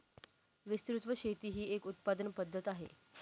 विस्तृत शेती ही एक कृषी उत्पादन पद्धत आहे